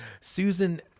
Susan